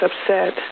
upset